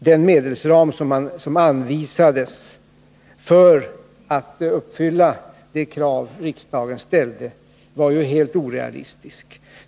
Den medelsram som anvisades för att uppfylla det krav riksdagen ställde var helt orealistisk.